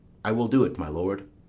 i will do't, my lord.